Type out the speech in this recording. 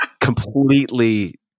completely